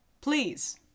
please